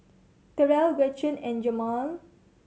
Terell Gretchen and Jemal